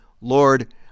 Lord